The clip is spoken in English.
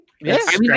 Yes